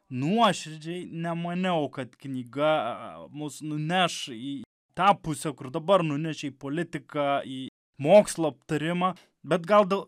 nuoširdžiai nemaniau kad knyga mus nuneš į tą pusę kur dabar nunešė į politiką į mokslo aptarimą bet gal